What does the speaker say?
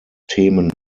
themen